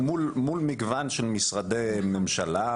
מול מגוון של משרדי ממשלה,